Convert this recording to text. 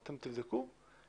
אתם תבדקו,